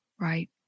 right